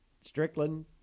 Strickland